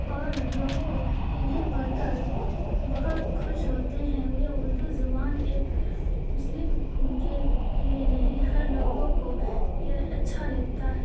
اور لوگوں انہیں پڑھ کر بہت خوش ہوتے ہیں وہ یہ اردو زبان ایک مسلم کے لیے نہیں ہر لوگوں کو یہ اچھا لگتا ہے